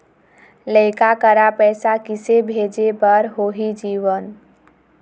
लइका करा पैसा किसे भेजे बार होही जीवन